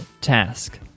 task